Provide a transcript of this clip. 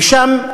ושם,